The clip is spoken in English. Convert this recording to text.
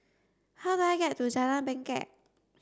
how do I get to Jalan Bangket